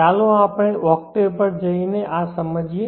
ચાલો આપણે ઓક્ટેવ પર જઈને આ સમજીએ